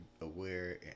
aware